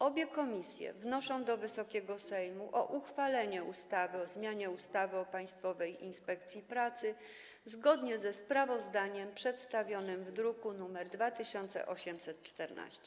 Obie komisje wnoszą do Wysokiego Sejmu o uchwalenie ustawy o zmianie ustawy o Państwowej Inspekcji Pracy zgodnie ze sprawozdaniem przedstawionym w druku nr 2814.